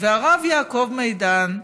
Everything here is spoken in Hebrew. והרב יעקב מדן,